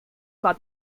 war